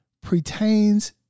pertains